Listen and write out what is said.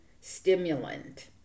stimulant